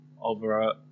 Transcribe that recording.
over